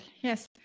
yes